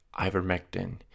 ivermectin